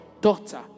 daughter